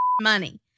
money